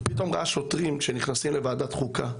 הוא פתאום ראה שוטרים שנכנסים לוועדת חוקה,